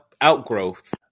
outgrowth